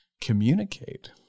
communicate